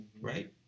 right